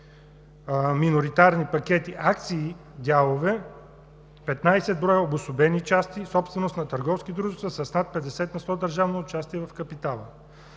миноритарни пакети, акции или дялове; 13 броя обособени части, собственост на търговски дружества с над 50 на сто държавно участие в капитала;